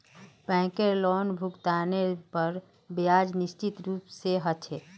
बैंकेर लोनभुगतानेर पर ब्याज निश्चित रूप से ह छे